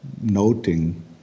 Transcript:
noting –